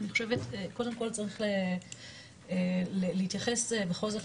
אני חושבת שקודם כל צריך להתייחס בכל זאת,